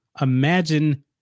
Imagine